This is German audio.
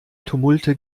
tumulte